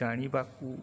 ଜାଣିବାକୁ